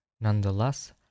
Nonetheless